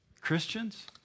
Christians